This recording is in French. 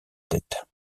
tête